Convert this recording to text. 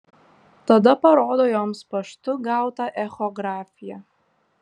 tada parodo joms paštu gautą echografiją